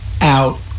out